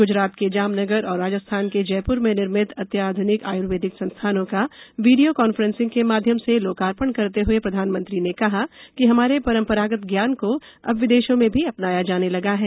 गुजरात के जामनगर और राजस्थान के जयपुर में निर्मित अत्याध्निक आयुर्वेदिक संस्थानों का वीडियो कॉन्फ्रेंसिंग के माध्यम से लोकार्पण करते हुए प्रधानमंत्री ने कहा कि हमारे परंपरागत ज्ञान को अब विदेशों में भी अपनाया जाने लगा है